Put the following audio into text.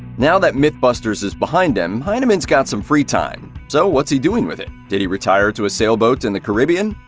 now that mythbusters is behind him, hyneman's got some free time. so what's he doing with it? did he retire to a sailboat in the caribbean?